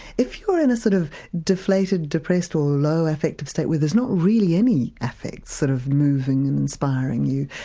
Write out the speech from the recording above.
if you're in a sort of deflated depressed or low affective state where there's not really any affects, sort of moving and inspiring you,